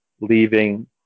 leaving